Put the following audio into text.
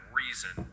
reason